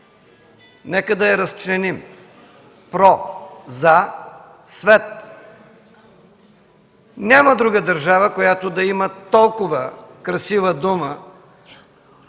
Нека да я разчленим – „про” – за, „свет”. Няма друга държава, която да има толкова красива дума,